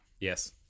Yes